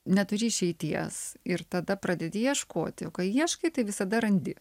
neturi išeities ir tada pradedi ieškoti o kai ieškai tai visada randi